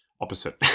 opposite